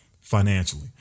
Financially